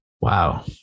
Wow